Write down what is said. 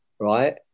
right